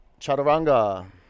chaturanga